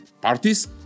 parties